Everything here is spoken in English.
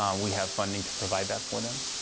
um we have funding to provide that for them.